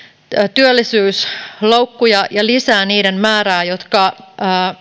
työllisyysloukkuja ja lisää niiden määrää jotka